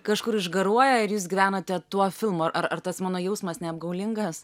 kažkur išgaruoja ir jūs gyvenate tuo filmu ar ar tas mano jausmas neapgaulingas